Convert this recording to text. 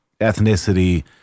ethnicity